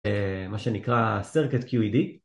מה שנקרא Circuit QED